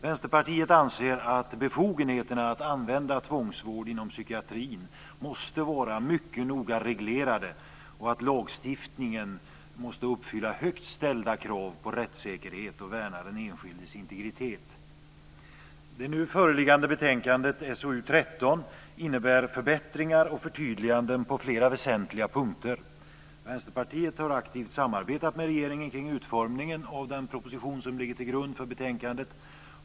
Vänsterpartiet anser att befogenheterna att använda tvångsvård inom psykiatrin måste vara mycket noga reglerade och att lagstiftningen måste uppfylla högt ställda krav på rättssäkerhet och värna den enskildes integritet. Det nu föreliggande betänkandet, SoU 13, innebär förbättringar och förtydliganden på flera väsentliga punkter. Vänsterpartiet har aktivt samarbetat med regeringen kring utformningen av den proposition som ligger till grund för betänkandet.